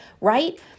right